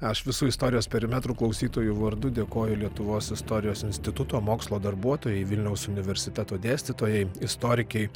aš visų istorijos perimetrų klausytojų vardu dėkoju lietuvos istorijos instituto mokslo darbuotojai vilniaus universiteto dėstytojai istorikei